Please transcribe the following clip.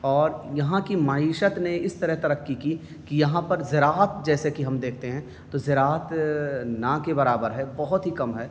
اور یہاں کی معیشت نے اس طرح ترقی کی کہ یہاں پر زراعت جیسے کہ ہم دیکھتے ہیں تو زراعت نا کے برابر ہے بہت ہی کم ہے